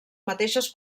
mateixes